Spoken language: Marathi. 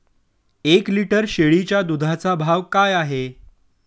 एक लिटर शेळीच्या दुधाचा भाव काय आहे?